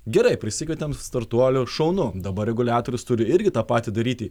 gerai prisikvietėm startuolių šaunu dabar reguliatorius turi irgi tą patį daryti